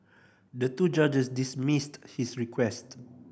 the two judges dismissed his request